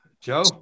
Joe